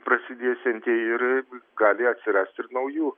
prasidėsianti ir gali atsirast ir naujų